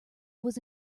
was